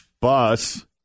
Bus